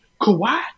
Kawhi